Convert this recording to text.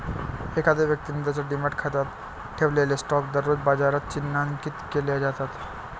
एखाद्या व्यक्तीने त्याच्या डिमॅट खात्यात ठेवलेले स्टॉक दररोज बाजारात चिन्हांकित केले जातात